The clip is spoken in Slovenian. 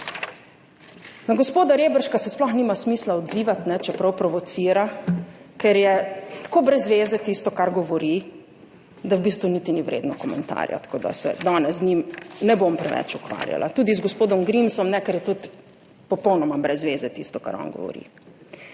Na gospoda Reberška se sploh nima smisla odzivati, čeprav provocira, ker je tako brez zveze tisto, kar govori, da v bistvu niti ni vredno komentarja. Tako da se danes z njim ne bom preveč ukvarjala. Tudi z gospodom Grimsom ne, ker je tudi popolnoma brez zveze tisto, kar on govori.